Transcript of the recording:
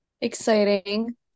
exciting